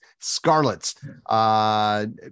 Scarlet's